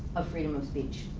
ah freedom of speech.